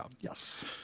Yes